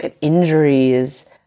injuries